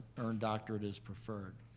earned doctorate is preferred.